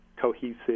cohesive